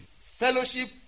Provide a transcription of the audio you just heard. Fellowship